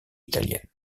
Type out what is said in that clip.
italienne